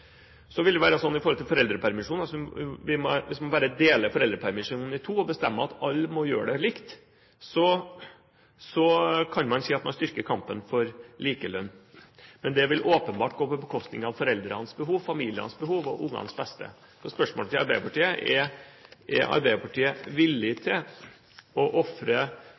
så kan man si at man styrker kampen for likelønn. Men det vil åpenbart gå på bekostning av foreldrenes behov, familienes behov og ungenes beste. Så spørsmålet til Arbeiderpartiet er: Er Arbeiderpartiet villig til å ofre